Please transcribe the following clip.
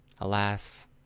Alas